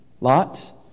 Lot